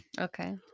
Okay